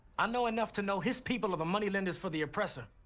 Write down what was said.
i know enough to know his people are the money lenders for the oppressor.